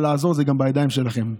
אבל לעזור זה גם בידיים שלכם.